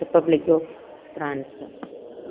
republic of France